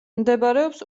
მდებარეობს